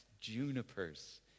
junipers